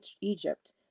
Egypt